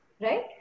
right